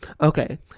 Okay